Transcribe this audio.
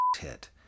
hit